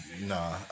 Nah